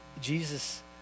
Jesus